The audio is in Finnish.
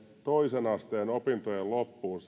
toisen asteen opintojen loppuun